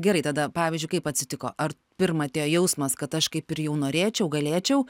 gerai tada pavyzdžiui kaip atsitiko ar pirma atėjo jausmas kad aš kaip ir jau norėčiau galėčiau